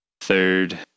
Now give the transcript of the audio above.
third